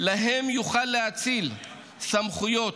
שלהם יוכל להאציל סמכויות,